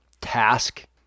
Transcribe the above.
task